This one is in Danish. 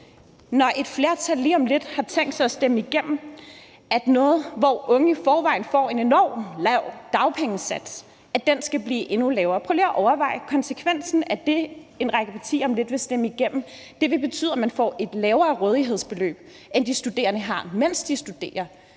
når et flertal lige om lidt har tænkt sig at stemme igennem, at unge, der i forvejen får en enormt lav dagpengesats, skal have en endnu lavere sats. Prøv lige at overveje konsekvensen af det, en række partier om lidt vil stemme igennem. Det vil betyde, at man får et lavere rådighedsbeløb, end de studerende har, mens de studerer,